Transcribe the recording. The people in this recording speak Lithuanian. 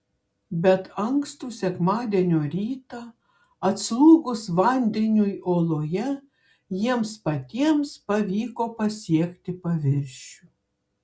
bet ankstų sekmadienio rytą atslūgus vandeniui oloje jiems patiems pavyko pasiekti paviršių